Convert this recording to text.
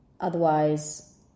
otherwise